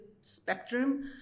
spectrum